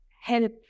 help